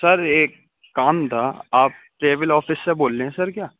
سر ایک کام تھا آپ ٹریول آفس سے بول رہے ہیں سر کیا